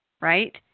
right